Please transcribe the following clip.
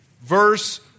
verse